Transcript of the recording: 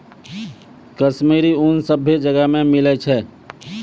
कश्मीरी ऊन सभ्भे जगह नै मिलै छै